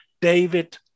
David